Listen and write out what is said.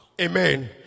amen